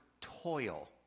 toil